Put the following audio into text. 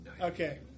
Okay